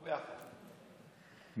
בבקשה,